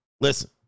Listen